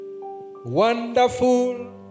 Wonderful